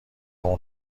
اون